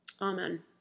amen